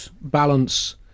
balance